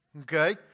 okay